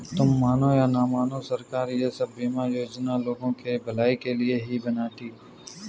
तुम मानो या न मानो, सरकार ये सब बीमा योजनाएं लोगों की भलाई के लिए ही बनाती है